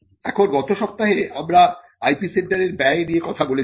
এখন গত সপ্তাহে আমরা IP সেন্টারের ব্যয় নিয়ে কথা বলেছি